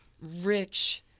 rich